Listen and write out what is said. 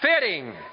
fitting